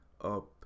up